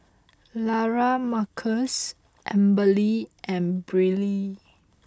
Lamarcus Amberly and Brielle